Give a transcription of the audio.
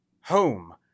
home